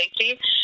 safety